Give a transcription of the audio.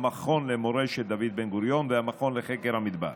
המכון למורשת דוד בן-גוריון והמכון לחקר המדבר.